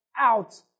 out